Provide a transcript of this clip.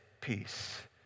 peace